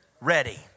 ready